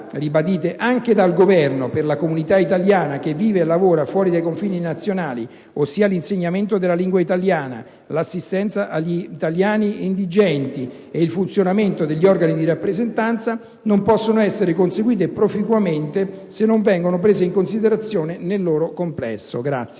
ribadite anche dal Governo, per la comunità italiana che vive e lavora fuori dai confini nazionali, ossia l'insegnamento della lingua italiana, l'assistenza agli italiani indigenti e il funzionamento degli organi di rappresentanza, non possono essere conseguite profìcuamente se non vengono prese in considerazione nel loro complesso.